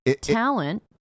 talent